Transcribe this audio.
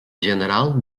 general